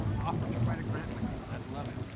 offer to write a grant with me. i'd love it.